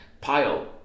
Pile